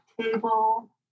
table